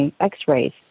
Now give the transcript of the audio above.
x-rays